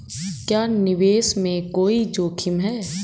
क्या निवेश में कोई जोखिम है?